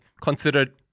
considered